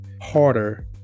harder